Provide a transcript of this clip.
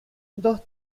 dos